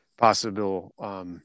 possible